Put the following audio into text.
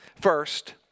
First